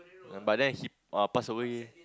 but then he uh pass away